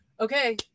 okay